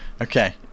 Okay